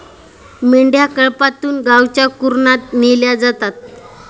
मेंढ्या कळपातून गावच्या कुरणात नेल्या जातात